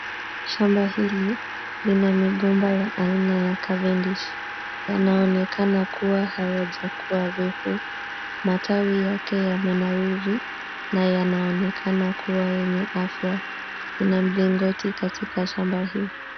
Shamba hili lina migomba ya aina ya Cavendish. Yanaonekana kuwa hayajakuwa refu, matawi yake yamenawiri na yanaonekana kuwa yenye afya. Kuna mlingoti katika shamba hii.